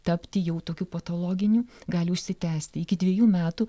tapti jau tokiu patologiniu gali užsitęsti iki dviejų metų